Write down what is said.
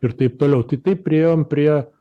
ir taip toliau tai taip priėjom prie